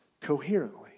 coherently